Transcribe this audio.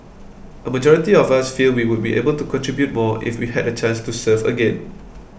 a majority of us feel we would be able to contribute more if we had a chance to serve again